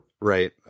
right